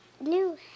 new